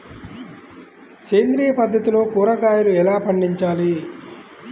సేంద్రియ పద్ధతిలో కూరగాయలు ఎలా పండించాలి?